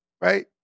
right